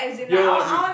you're what you